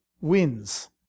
wins